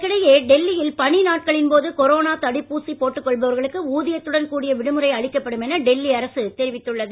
இதற்கிடையே டெல்லியில் பனி நாட்களின் போது கொரோனா தடுப்பூசி போட்டுக்கொள்பவர்களுக்கு ஊதியத்துடன் கூடிய விடுமுறை அளிக்கப்படும் என டெல்லி அரசு தெரிவித்துள்ளது